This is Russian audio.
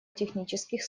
технических